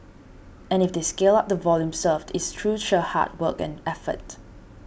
and if they scale up the volume served it's through sheer hard work and effort